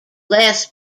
less